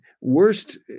worst